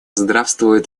здравствует